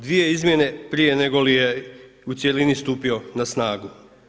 Dvije izmjene prije negoli je u cjelini stupio na snagu.